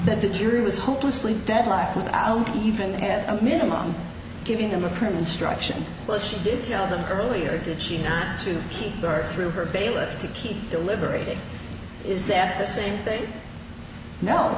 that the jury was hopelessly deadlocked without even at a minimum giving them a print instruction but she did tell them earlier did she not to keep her through her bailiff to keep deliberating is that the same thing no